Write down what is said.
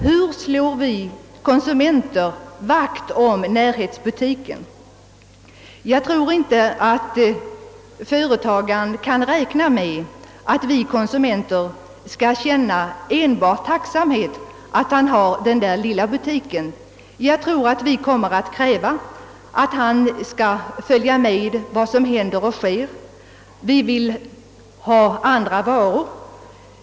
Hur slår vi konsumenter vakt om närhetsbutiken? Jag tror inte att företagaren kan räkna med att vi konsumenter skall känna tacksamhet enbart för att han har den lilla butiken. Vi kommer nog att kräva att han skall följa med vad som händer och sker. Vi vill ha nya varor.